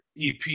EP